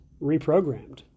reprogrammed